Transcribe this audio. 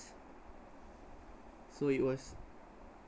so it was